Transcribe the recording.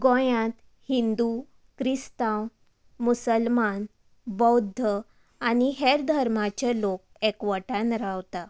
गोंयात हिंदू क्रिस्तांव मुसलमान बौद्ध आनी हेर धर्माचे लोक एकवटान रावता